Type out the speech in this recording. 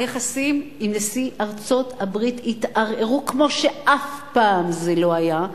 היחסים עם נשיא ארצות-הברית התערערו כמו שאף פעם לא היה,